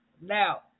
Now